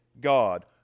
God